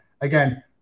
again